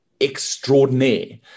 extraordinaire